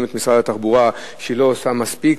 את משרד התחבורה שהוא לא עושה מספיק.